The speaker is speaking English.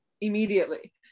immediately